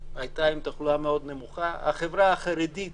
סבלה מאחוזי תחלואה נמוכים והחברה החרדית